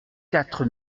quatre